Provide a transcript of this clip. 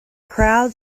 crowd